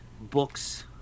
books